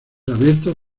abiertos